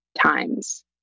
times